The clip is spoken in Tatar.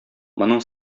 моның